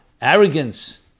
arrogance